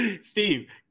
steve